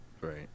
right